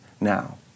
now